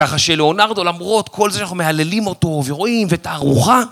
ככה שלאונרדו למרות כל זה שאנחנו מהללים אותו ורואים ותערוכה